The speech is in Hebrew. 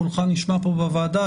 קולך נשמע פה בוועדה,